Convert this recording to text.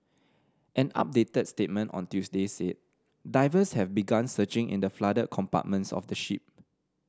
an updated statement on Tuesday said divers have begun searching in the flooded compartments of the ship